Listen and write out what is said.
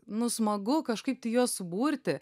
nu smagu kažkaip tai juos suburti